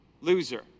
loser